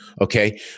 okay